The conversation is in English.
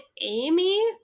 amy